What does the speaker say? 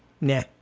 nah